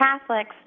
Catholics